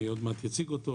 אני עוד מעט אציג אותו,